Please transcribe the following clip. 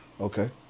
Okay